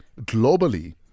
globally